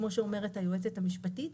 כמו שאומרת היועצת המשפטית,